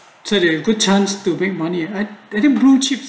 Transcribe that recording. so a good chance to bring money i i think blue chips